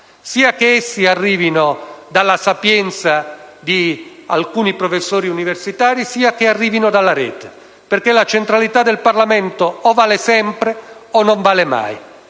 sia che essi arrivino dalla sapienza di alcuni professori universitari sia che arrivino dalla rete, perché la centralità del Parlamento o vale sempre o non vale mai.